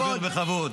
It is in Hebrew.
תדבר בכבוד.